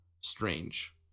strange